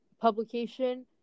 publication